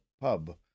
pub